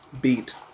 Beat